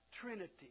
Trinity